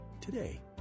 today